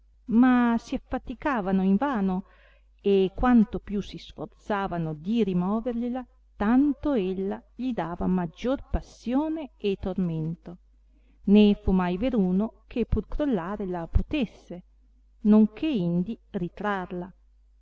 ma si affaticavano in vano e quanto più si sforzavano di rimovergliela tanto ella gli dava maggior passione e tormento né fu mai veruno che pur crollare la potesse non che indi ritrarla